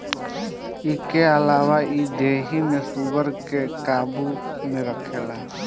इके अलावा इ देहि में शुगर के काबू में रखेला